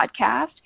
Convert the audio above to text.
podcast